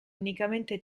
unicamente